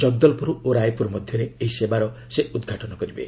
ଜବଦଲପୁର ଓ ରାୟପୁର ମଧ୍ୟରେ ଏହି ସେବାର ସେ ଉଦ୍ଘାଟନ କରିବେ